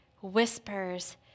whispers